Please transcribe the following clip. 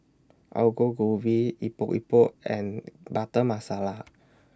Aloo Go Gobi Epok Epok and Butter Masala